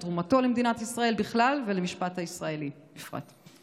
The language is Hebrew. על תרומתו למדינת ישראל בכלל ולמשפט הישראלי בפרט.